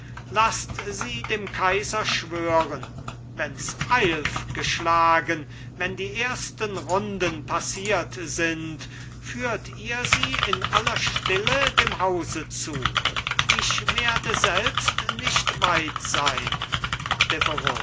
laßt sie dem kaiser schwören wenns eilf geschlagen wenn die ersten runden passiert sind führt ihr sie in aller stille dem hause zu ich werde selbst nicht weit sein